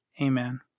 Amen